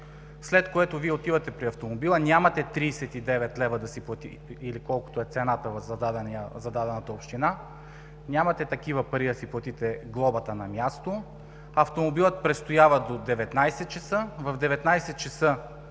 след което Вие отивате при автомобила, нямате 39 лв., или колкото е цената за дадената община, нямате такива пари да си платите глобата на място, автомобилът престоява до 19,00 ч. В 19,00